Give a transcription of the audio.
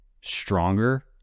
stronger